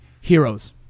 heroes